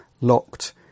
locked